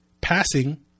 passing